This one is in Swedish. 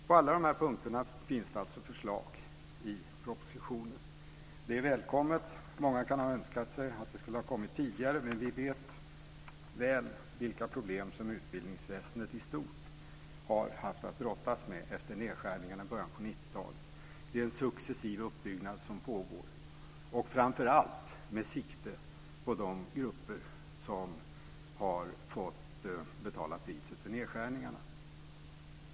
På alla de här punkterna finns det alltså förslag i propositionen. Det är välkommet. Många kan ha önskat sig att detta skulle ha kommit tidigare, men vi vet väl vilka problem som utbildningsväsendet i stort har haft att brottas med efter nedskärningarna i början av 90-talet. Det är en successiv uppbyggnad som pågår, framför allt med sikte på de grupper som har fått betala priset för nedskärningarna.